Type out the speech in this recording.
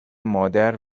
مادر